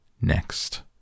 Next